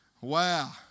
Wow